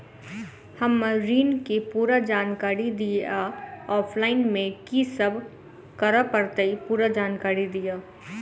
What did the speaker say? हम्मर ऋण केँ पूरा जानकारी दिय आ ऑफलाइन मे की सब करऽ पड़तै पूरा जानकारी दिय?